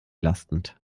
lastend